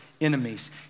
enemies